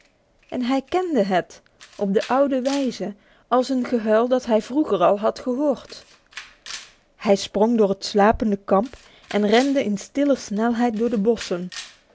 en hij kende het op de oude wijze als een gehuil dat hij vroeger al had gehoord hij sprong door het slapende kamp en rende in stille snelheid door de bossen